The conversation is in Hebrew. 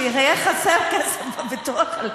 שיהיה חסר כסף בביטוח לאומי?